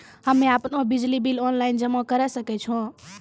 हम्मे आपनौ बिजली बिल ऑनलाइन जमा करै सकै छौ?